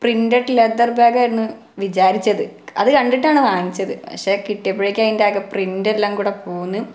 printed leather ബാഗായിരുന്നു വിചാരിച്ചത് അത് കണ്ടിട്ടാണ് വാങ്ങിച്ചത് പക്ഷെ കിട്ടിയപ്പോഴേക്കും അതിൻ്റെ ആകെ പ്രിറ്റെല്ലാം കൂടെ പോന്നു